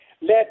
let